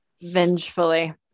Vengefully